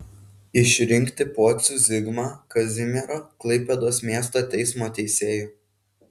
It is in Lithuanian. išrinkti pocių zigmą kazimiero klaipėdos miesto teismo teisėju